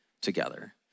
together